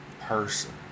person